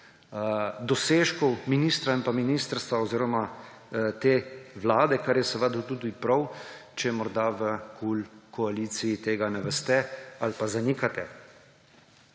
dosežkov ministra in ministrstva oziroma te vlade, kar je seveda tudi prav, če morda v KUL koaliciji tega ne veste ali pa zanikate.